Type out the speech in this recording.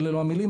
אלה לא המילים,